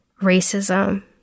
racism